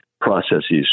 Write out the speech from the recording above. processes